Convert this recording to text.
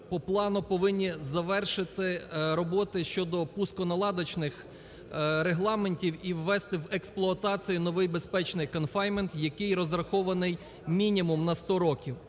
по плану повинні завершити роботу щодо пусконаладочних регламентів і ввести в експлуатацію новий безпечний конфайнмент, який розрахований мінімум на 100 років.